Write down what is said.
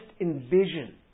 envision